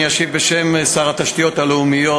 אני אשיב בשם שר התשתיות הלאומיות,